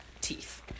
teeth